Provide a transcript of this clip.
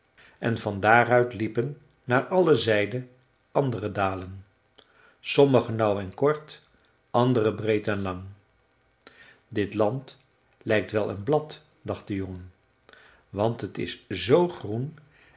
en van daar uit liepen naar alle zijden andere dalen sommige nauw en kort andere breed en lang dit land lijkt wel een blad dacht de jongen want het is zoo groen